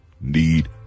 need